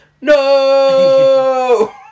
no